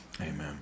Amen